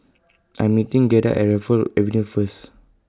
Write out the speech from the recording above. I'm meeting Giada At Raffles Avenue First